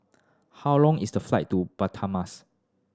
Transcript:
how long is the flight to Budapest